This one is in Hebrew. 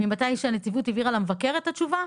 ממתי שהנציבות העבירה למבקר את התשובה,